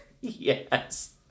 Yes